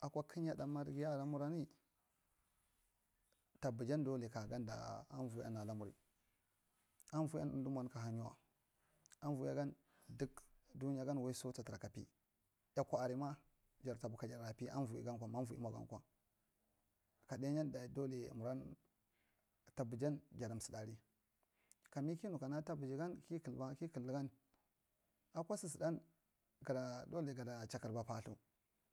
Akwa kanyɗar marghin yamunji tabijan dole kagadda anuomi lamur avoein andimwa ka hinyiwa duueigan duk dunyaga waiso takarkapi cku araima jarta bwi kajarpi dwo eigankwa ma avoeimwa gankwa kadainyan dole diye muran tabijan jatu msaɗnda ari kami kinɗ kana tabijan kikalba kikviji gan akwa su saɗa gaɗa dole gada chaykarba path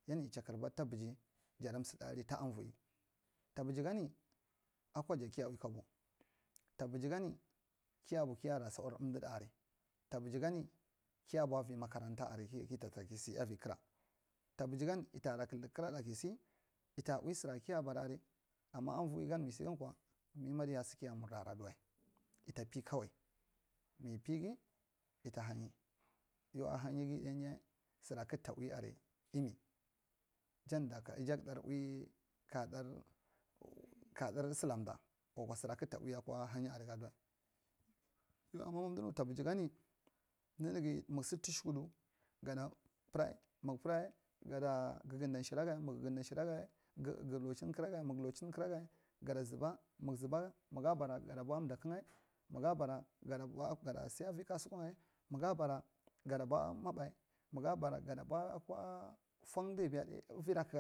yon yichaykarba tabiji jadu msenaai ta avoei tasijisan akwaja kiya ui kabo tabija gana kiya bwi kiyara thawar amdiɗa aria tabigigani kiya bwi vi magaranfe aria kita tura kisi avi kara tabijigan itaro kdidi karaɗa kisi ita ui sira kiya bara aria ama avoi emgan misi gamkwo mime diyo sara murdi adadadiwae ita pe kawai mi pege ita hanyi yau ahanyige ɗainyi bira kakta ui aria eimi janda ira ijak dar ui kaɗar kadar silamda wakwa sira kakta ui a hanyi avaige adiwae yau aina mandu nu tabijigani ndndge mugbid tushikuɗu gada purei mung purei gada gagadda shiraga mung gagada shiraga ga galowchin karage mung lawchin karage gada zuba mung zuba magu bara gada bwi mdakunga magu bara gada bwi gada siya vi kasusunga mago bara gada bwi maise magu bura gada bwi fwo fwan dibiya ɗai avira kalega.